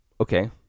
okay